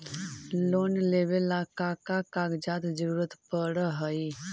Loan लेवेला का का कागजात जरूरत पड़ हइ?